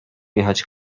jechać